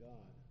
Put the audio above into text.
God